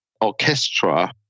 orchestra